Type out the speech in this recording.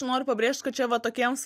noriu pabrėžt kad čia va tokiems